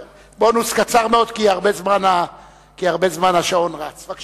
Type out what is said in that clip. בונוס קצר מאוד, כי השעון רץ הרבה זמן.